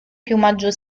piumaggio